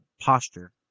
posture